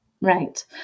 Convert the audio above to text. Right